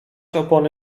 opony